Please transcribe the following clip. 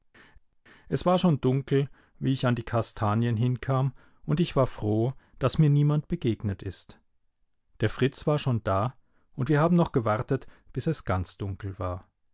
es war schon dunkel wie ich an die kastanien hinkam und ich war froh daß mir niemand begegnet ist der fritz war schon da und wir haben noch gewartet bis es ganz dunkel war